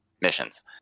missions